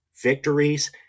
victories